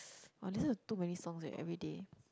I listen to too many songs eh everyday